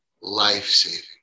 life-saving